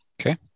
Okay